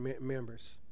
members